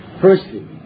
Firstly